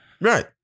Right